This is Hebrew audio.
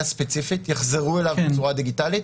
ספציפית שיחזרו אליו בצורה דיגיטלית,